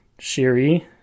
Shiri